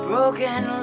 Broken